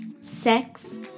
sex